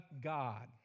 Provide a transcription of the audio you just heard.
God